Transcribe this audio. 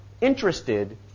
interested